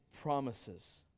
promises